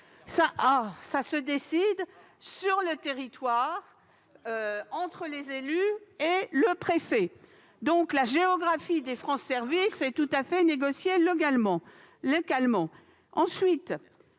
Cela se décide sur le territoire, entre les élus et le préfet. La géographie des France Services est donc négociée localement.